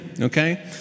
Okay